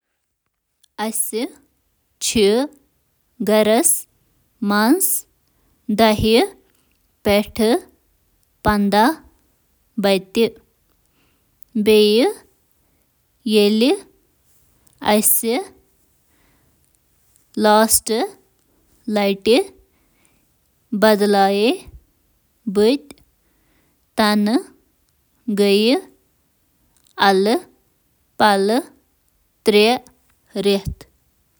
میٲنِس گَرَس منٛز کم از کم -پنژاہ۔ شیٹھ بلب ییٚلہِ مےٚ پٔتمہِ لَٹہِ بلب بدلوو۔